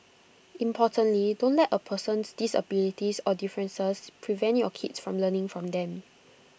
importantly don't let A person's disabilities or differences prevent your kids from learning from them